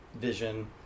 vision